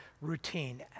routine